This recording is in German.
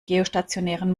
geostationären